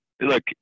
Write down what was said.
Look